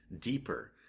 deeper